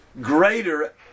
greater